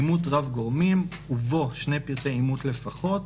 אימות רב-גורמים, ובו שני פרטי אימות לפחות,